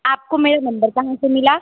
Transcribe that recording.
आपको मेरा नंबर कहाँ से मिला